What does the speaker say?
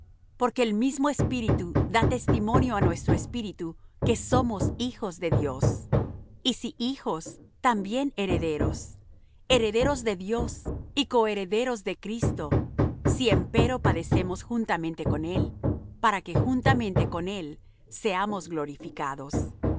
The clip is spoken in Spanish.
porque el mismo espíritu da testimonio á nuestro espíritu que somos hijos de dios y si hijos también herederos herederos de dios y coherederos de cristo si empero padecemos juntamente con él para que juntamente con él seamos glorificados